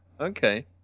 okay